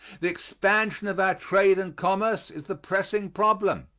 the expansion of our trade and commerce is the pressing problem.